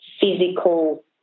physical